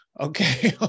okay